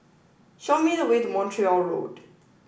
show me the way to Montreal Road